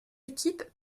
équipes